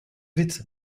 with